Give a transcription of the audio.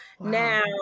Now